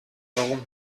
warum